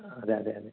അതെ അതെ അതെ